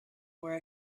were